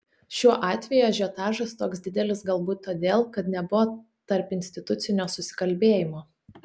šiuo atveju ažiotažas toks didelis galbūt todėl kad nebuvo tarpinstitucinio susikalbėjimo